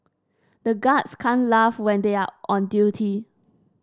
the guards can't laugh when they are on duty